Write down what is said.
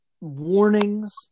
Warnings